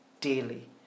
daily